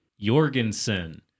Jorgensen